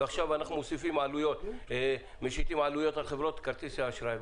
ועכשיו אנחנו משיתים עלויות על חברות כרטיסי האשראי,